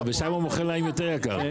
ושם מוכרים להם יותר ביוקר.